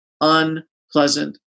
unpleasant